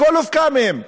הכול הופקע מהם.